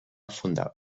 fundar